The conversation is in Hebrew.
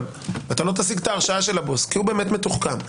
ולא תשיג את הרשעת הבוס כי הוא מתוחכם,